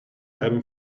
album